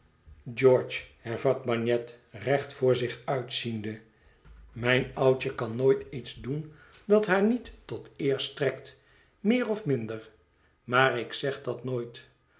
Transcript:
george hervat bagnet recht voor zich uit ziende mijn oudje kan nooit ongelukkige george iets doen dat haar niet tot eer strekt meer of minder maar ik zeg dat nooit